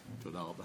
תודה רבה